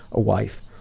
a wife,